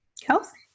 Kelsey